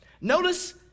Notice